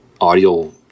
audio